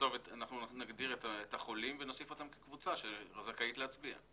נגדיר את החולים ונוסיף אותם כקבוצה שזכאית להצביע.